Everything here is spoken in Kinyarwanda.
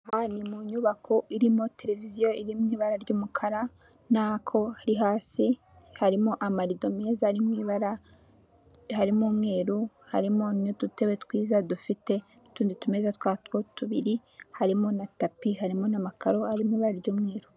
Aha ni mu nyubako irimo televiziyo iri mu ibara ry'umukara ubona ko hari hasi harimo amarido meza ari mu ibara, harimo umweru, harimo n'udutebe twiza dufite n'utundi tumeza twawo tubiri harimo na tapi, harimo n'amakaro arimo ibara ry'umweru.